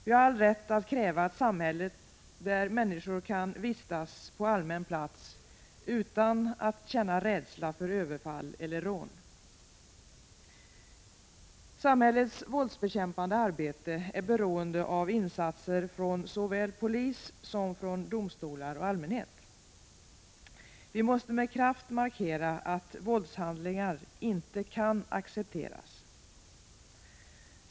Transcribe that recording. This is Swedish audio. Vi har all rätt att kräva ett samhälle där människor kan vistas på allmän plats utan att känna rädsla för överfall eller rån. Samhällets våldsbekämpande arbete är beroende av insatser från såväl polis som domstolar och allmänhet. Vi måste med kraft markera att våldshandlingar inte kan accepteras.